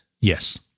Yes